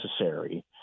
necessary